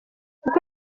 uko